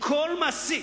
שכל מעסיק,